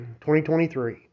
2023